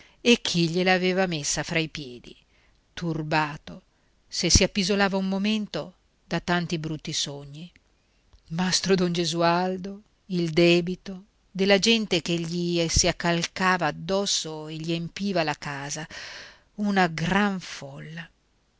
e chi gliela aveva messa fra i piedi turbato se si appisolava un momento da tanti brutti sogni mastro don gesualdo il debito della gente che gli si accalcava addosso e gli empiva la casa una gran folla